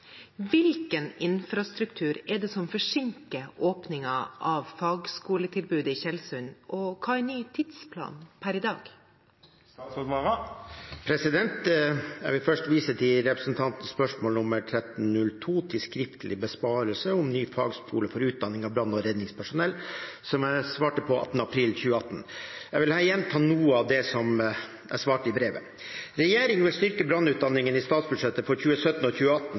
Hvilken infrastruktur er det som forsinker åpningen, og hva er ny tidsplan pr. i dag?» Jeg vil først vise til representantens spørsmål nr. 1302 til skriftlig besvarelse om ny fagskole for utdanning av brann- og redningspersonell, som jeg svarte på 18. april 2018. Jeg vil her gjenta noe av det som jeg svarte i brevet. Regjeringen vil styrke brannutdanningen. I statsbudsjettet for 2017 og 2018